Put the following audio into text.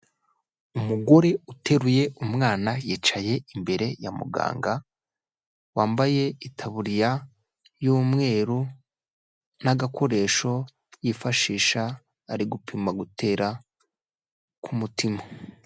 Umugore uteruye umwana, yicaye imbere ya muganga, wambaye itaburiya y'umweru n'agakoresho, yifashisha ari gupima gutera k'umutima.